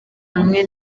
hamwe